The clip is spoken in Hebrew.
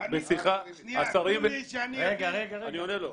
אני עונה לו.